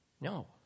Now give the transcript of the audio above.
No